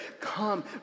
come